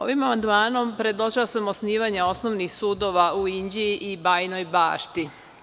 Ovim amandmanom predložila sam osnivanje osnovnih sudova u Inđiji i Bajinoj Bašti.